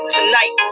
Tonight